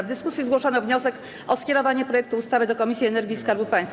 W dyskusji zgłoszono wniosek o skierowanie projektu ustawy do Komisji Energii i Skarbu Państwa.